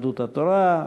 יהדות התורה,